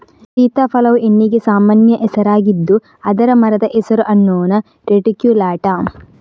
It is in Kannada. ಸೀತಾಫಲವು ಹಣ್ಣಿಗೆ ಸಾಮಾನ್ಯ ಹೆಸರಾಗಿದ್ದು ಅದರ ಮರದ ಹೆಸರು ಅನ್ನೊನಾ ರೆಟಿಕ್ಯುಲಾಟಾ